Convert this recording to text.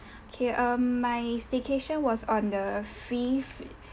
okay um my staycation was on the fifth